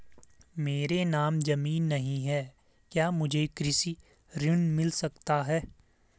मेरे नाम ज़मीन नहीं है क्या मुझे कृषि ऋण मिल सकता है?